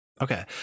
Okay